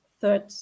third